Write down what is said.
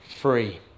free